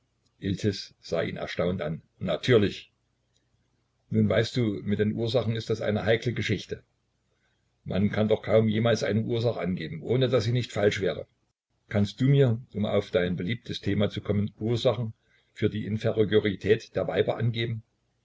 sah ihn erstaunt an natürlich nun weißt du mit den ursachen ist das eine heikle geschichte man kann doch kaum jemals eine ursache angeben ohne daß sie nicht falsch wäre kannst du mir um auf dein beliebtes thema zu kommen ursachen für die inferiorität der weiber angeben